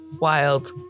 Wild